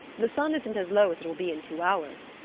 the sun isn't as low as it will be in two hours,